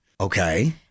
Okay